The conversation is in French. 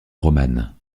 romane